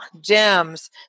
GEMS